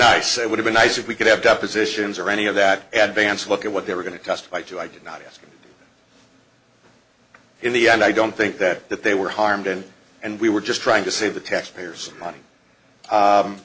nice it would've been nice if we could have depositions or any of that advantage look at what they were going to testify to i did not ask in the end i don't think that that they were harmed and we were just trying to save the taxpayers money